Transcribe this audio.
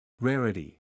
Rarity